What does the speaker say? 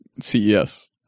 CES